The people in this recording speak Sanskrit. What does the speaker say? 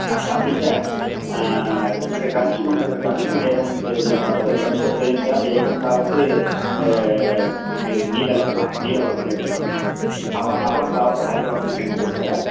अप् अपि च चे कञ्चुकं कञ्चुकमेकं स्यूते वस्त्रं कञ्चुकद्वयं स्यात् एकं तावत् नीलवर्णस्य नीलवर्णकञ्चुकम् अपरम् अपरं तावत् हरितवर्णं कञ्चुकं च